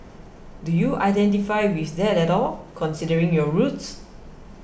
do you identify with that at all considering your roots